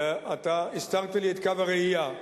ואתה הסתרת לי את קו הראייה.